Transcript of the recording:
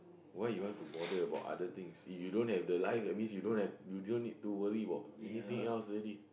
why you want to bother about other things if you don't have the life that means you don't have to worry about anything